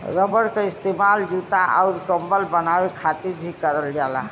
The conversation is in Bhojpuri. रबर क इस्तेमाल जूता आउर कम्बल बनाये खातिर भी करल जाला